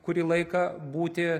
kurį laiką būti